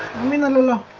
mira loma